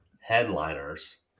headliners